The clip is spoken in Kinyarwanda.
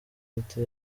leta